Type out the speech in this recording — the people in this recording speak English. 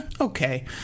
Okay